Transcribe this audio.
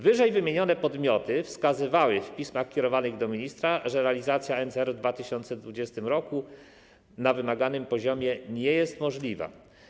Wyżej wymienione podmioty wskazywały w pismach kierowanych do ministra, że realizacja NCR w 2020 r. na wymaganym poziomie nie jest możliwa.